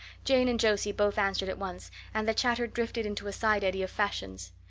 jane and josie both answered at once and the chatter drifted into a side eddy of fashions.